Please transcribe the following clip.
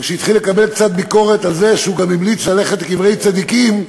וכשהתחיל לקבל קצת ביקורת על זה שהוא גם המליץ ללכת לקברי צדיקים,